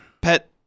Pet